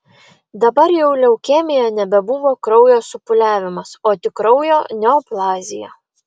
dabar jau leukemija nebebuvo kraujo supūliavimas o tik kraujo neoplazija